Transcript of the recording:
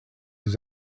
his